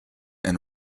and